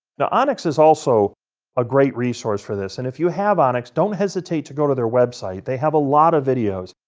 now onyx is also a great resource for this. and if you have onyx, don't hesitate to go to their website. they have a lot of videos.